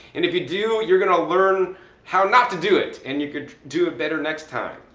and if you do, you're going to learn how not to do it. and you could do it better next time.